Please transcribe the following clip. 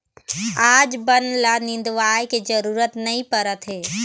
आज बन ल निंदवाए के जरूरत नइ परत हे